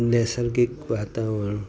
નૈસર્ગીક વાતાવરણ